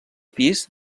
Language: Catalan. pis